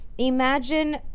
imagine